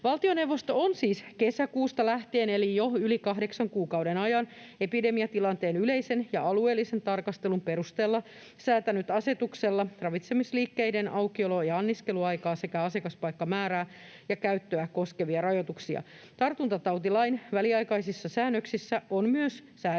Valtioneuvosto on siis kesäkuusta lähtien eli jo yli kahdeksan kuukauden ajan epidemiatilanteen yleisen ja alueellisen tarkastelun perusteella säätänyt asetuksella ravitsemisliikkeiden aukiolo‑ ja anniskeluaikaa sekä asiakaspaikkamäärää ja käyttöä koskevia rajoituksia. Tartuntatautilain väliaikaisissa säännöksissä on myös säädetty